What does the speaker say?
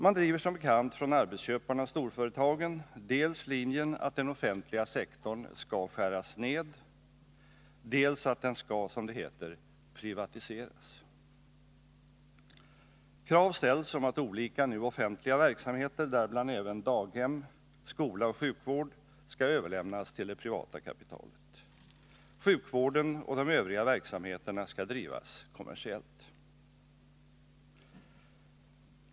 Man driver som bekant från arbetsköparna och storföretagen linjen dels att den offentliga sektorn skall skäras ned, dels att den skall, som det heter, privatiseras. Krav ställs på att olika nu offentliga verksamheter, däribland även daghem, skola och sjukvård, skall överlämnas till det privata kapitalet. Sjukvården och de övriga verksamheterna skall drivas kommersiellt.